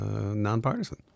nonpartisan